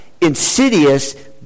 insidious